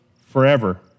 forever